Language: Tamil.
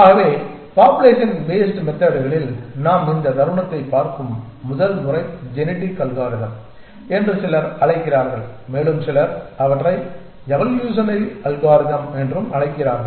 ஆகவே பாப்புலேஷன் பேஸ்ட் மெத்தட்களில் நாம் இந்த தருணத்தைப் பார்க்கும் முதல் முறை ஜெனெடிக் அல்காரிதம் என்று சிலர் அழைக்கிறார்கள் மேலும் சிலர் அவற்றை எவல்யூஷனரி அல்காரிதம் என்றும் அழைக்கிறார்கள்